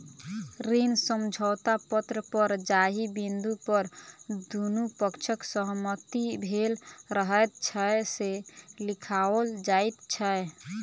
ऋण समझौता पत्र पर जाहि बिन्दु पर दुनू पक्षक सहमति भेल रहैत छै, से लिखाओल जाइत छै